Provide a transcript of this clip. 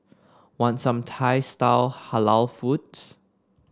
want some Thai style Halal foods